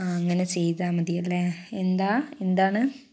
ആ അങ്ങനെ ചെയ്താൽ മതിയല്ലേ എന്താണ് എന്താണ്